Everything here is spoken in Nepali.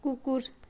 कुकुर